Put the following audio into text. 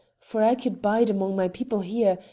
for i could bide among my people here,